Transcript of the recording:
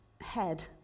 head